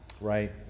right